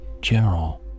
General